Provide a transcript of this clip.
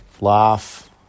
laugh